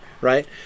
right